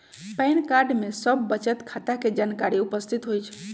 pan card में सभ बचत खता के जानकारी उपस्थित होइ छइ